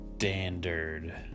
standard